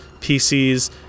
PCs